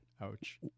Ouch